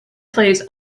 plays